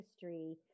history